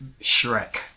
Shrek